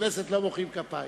בכנסת לא מוחאים כפיים.